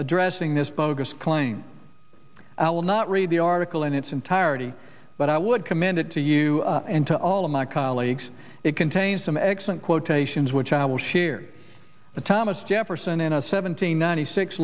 addressing this bogus claim will not read the article in its entirety but i would commend it to you and to all of my colleagues it contains some excellent quotations which i will share the thomas jefferson in a seventeen ninety six